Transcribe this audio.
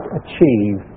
achieve